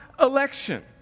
election